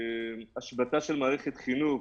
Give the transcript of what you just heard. השבתה של מערכת חינוך,